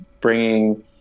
bringing